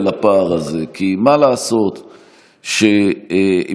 את השאילתה.